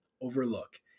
overlook